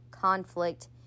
conflict